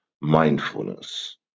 mindfulness